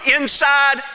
inside